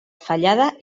fallada